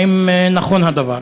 1. האם נכון הדבר?